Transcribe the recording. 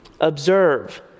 Observe